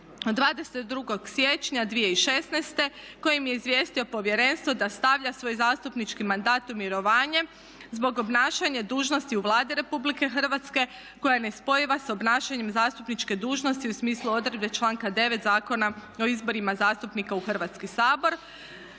22. siječnja 2016. kojim je izvijestio povjerenstvo da stavlja svoj zastupnički mandat u mirovanje zbog obnašanja dužnosti u Vladi RH koja je nespojiva s obnašanjem zastupničke dužnosti u smislu odredbe članka 9. Zakona o izborima zastupnika u Hrvatski sabor.